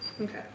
Okay